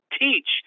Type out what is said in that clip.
teach